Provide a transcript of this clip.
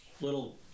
little